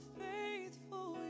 faithful